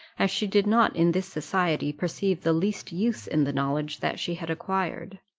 as she did not in this society perceive the least use in the knowledge that she had acquired.